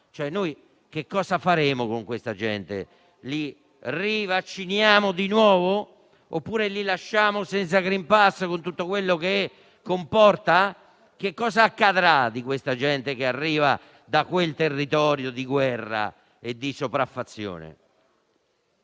Quindi, che cosa faremo con questa gente? Li rivacciniamo di nuovo oppure li lasciamo senza *green pass*, con tutto quello che comporta? Che cosa accadrà a questa gente che arriva da quel territorio di guerra e sopraffazione?